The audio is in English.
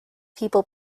people